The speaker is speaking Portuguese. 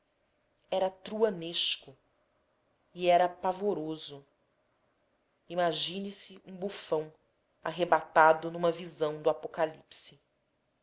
esdrúxulas era truanesco e era pavoroso imagine-se um bufão arrebatado numa visão do apocalipse